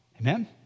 Amen